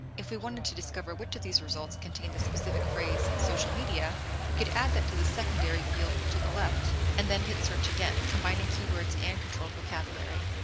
if we wanted to discover which of these results contained a specific phrase social media we could add that to the secondary field to the left, and then hit search again, combining keywords and controlled vocabulary.